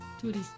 tourist